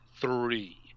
three